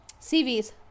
CVs